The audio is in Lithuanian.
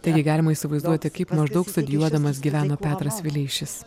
taigi galima įsivaizduoti kaip maždaug studijuodamas gyveno petras vileišis